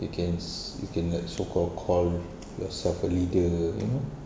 you can s~ you can like so called call yourself a leader you know